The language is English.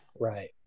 Right